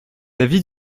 l’avis